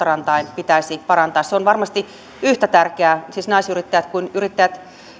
rantain pitäisi parantaa se on varmasti yhtä tärkeää siis naisyrittäjät kuin